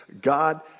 God